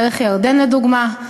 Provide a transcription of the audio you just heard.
דרך ירדן לדוגמה,